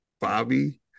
Bobby